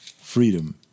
Freedom